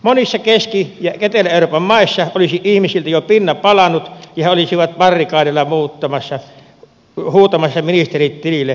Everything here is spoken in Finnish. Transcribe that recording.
monissa keski ja etelä euroopan maissa olisi ihmisiltä jo pinna palanut ja he olisivat barrikadeilla huutamassa ministerit tilille kansan sumuttamisesta